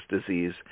disease